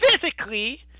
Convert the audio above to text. physically